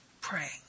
pray